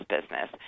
business